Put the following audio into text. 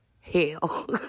hell